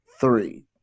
three